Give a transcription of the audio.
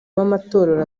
b’amatorero